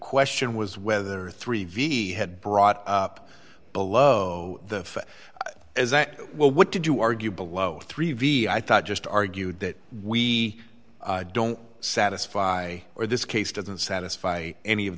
question was whether three v had brought up below the well what did you argue below three v i thought just argued that we don't satisfy or this case doesn't satisfy any of